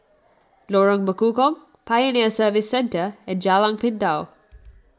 Lorong Bekukong Pioneer Service Centre and Jalan Pintau